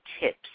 tips